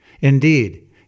Indeed